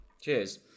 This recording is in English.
Cheers